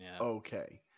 okay